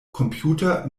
computer